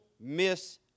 miss